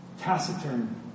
taciturn